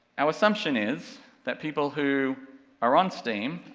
our assumption is that people who are on steam,